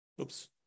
Oops